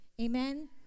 Amen